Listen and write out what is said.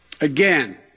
Again